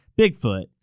Bigfoot